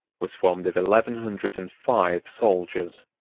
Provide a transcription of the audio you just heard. was formed of eleven hundred and five soldiers,